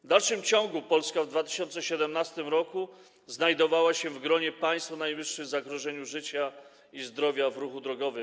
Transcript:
W dalszym ciągu Polska w 2017 r. znajdowała się w gronie państw o najwyższym zagrożeniu życia i zdrowia w ruchu drogowym.